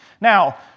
Now